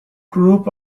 group